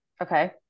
Okay